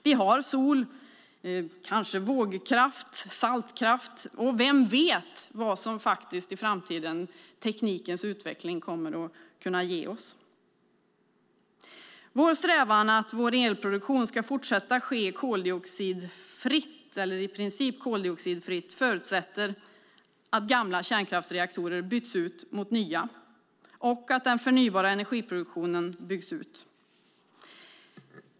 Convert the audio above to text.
Vi har solkraft, kanske vågkraft och saltkraft, och vem vet vad teknikens utveckling kommer att kunna ge oss i framtiden? Vår strävan att vår elproduktion ska fortsätta ske i princip koldioxidfritt förutsätter att gamla kärnkraftsreaktorer byts ut mot nya och att den förnybara energiproduktionen byggs ut.